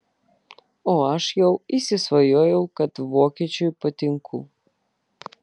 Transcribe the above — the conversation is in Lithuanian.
o aš jau įsisvajojau kad vokiečiui patinku